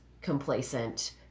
complacent